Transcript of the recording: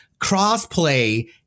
Crossplay